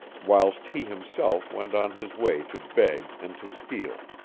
whilst he himself went on his way to beg and to steal,